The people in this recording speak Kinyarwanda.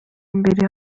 mbere